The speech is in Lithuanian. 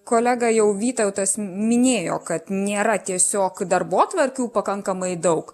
kolega jau vytautas minėjo kad nėra tiesiog darbotvarkių pakankamai daug